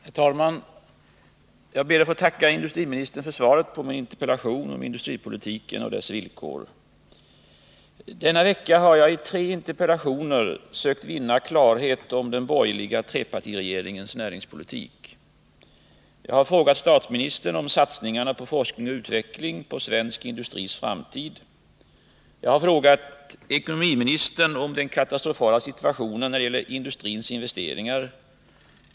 Herr talman! Jag ber att få tacka industriministern för svaret på min interpellation om industripolitiken och dess villkor. Denna vecka har vi behandlat tre interpellationer som jag har ställt för att söka vinna klarhet om den borgerliga trepartiregeringens näringspolitik. Jag har frågat statsministern om satsningarna på forskning på utveckling, på svensk industris framtid. Jag har frågat ekonomiministern om den katastrofala situationen när det gäller industrins investeringar.